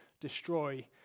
destroy